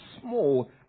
small